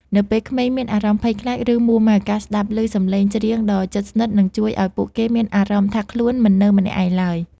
នៅពេលក្មេងមានអារម្មណ៍ភ័យខ្លាច ឬមួរម៉ៅ ការស្តាប់ឮសំឡេងច្រៀងដ៏ជិតស្និទ្ធនឹងជួយឱ្យពួកគេមានអារម្មណ៍ថាខ្លួនមិននៅម្នាក់ឯងឡើយ